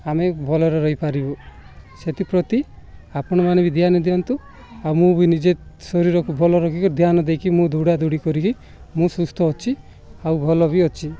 ଆମେ ଭଲରେ ରହିପାରିବୁ ସେଥିପ୍ରତି ଆପଣମାନେ ବି ଧ୍ୟାନ ଦିଅନ୍ତୁ ଆଉ ମୁଁ ବି ନିଜେ ଶରୀରକୁ ଭଲ ରଖିକି ଧ୍ୟାନ ଦେଇକି ମୁଁ ଦୌଡ଼ା ଦୌଡ଼ି କରିକି ମୁଁ ସୁସ୍ଥ ଅଛି ଆଉ ଭଲ ବି ଅଛି